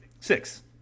six